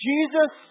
Jesus